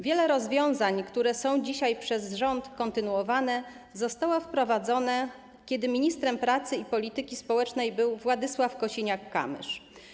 Wiele rozwiązań, które są dzisiaj przez rząd kontynuowane, zostało wprowadzonych, kiedy ministrem pracy i polityki społecznej był Władysław Kosiniak-Kamysz.